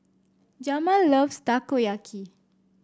Jamal loves Takoyaki